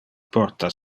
porta